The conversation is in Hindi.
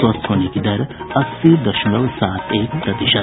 स्वस्थ होने की दर अस्सी दशमलव सात एक प्रतिशत